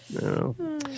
No